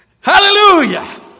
Hallelujah